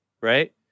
right